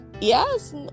yes